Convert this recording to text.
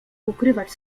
ukrywać